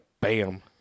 bam